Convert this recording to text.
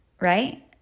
right